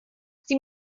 sie